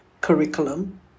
curriculum